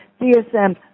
DSM